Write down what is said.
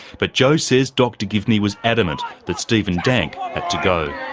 but jo says dr givney was adamant that stephen dank had to go.